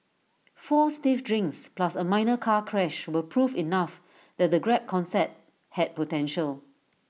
four stiff drinks plus A minor car crash were proof enough that the grab concept had potential